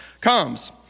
comes